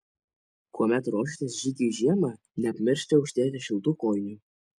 kuomet ruošiatės žygiui žiemą nepamirškite užsidėti šiltų kojinių